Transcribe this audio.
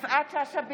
יפעת שאשא ביטון,